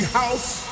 house